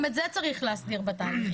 עומד האם אנחנו צריכים להגדיל עוד, איך